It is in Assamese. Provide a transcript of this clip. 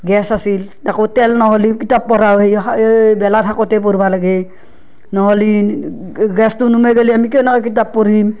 গেছ আছিল তাকো তেল নহ'লেও কিতাপ পঢ়াৰ এই সেই বেলা থাকোতে পঢ়বা লাগে নহ'লি গেছটো নুমাই গ'লে আমি কেনেকৈ কিতাপ পঢ়িম